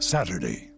Saturday